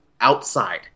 outside